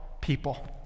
people